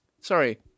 Sorry